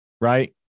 right